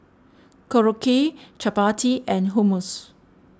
Korokke Chapati and Hummus